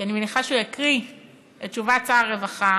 כי אני מניחה שהוא יקריא את תשובת שר הרווחה,